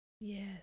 Yes